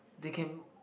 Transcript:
they can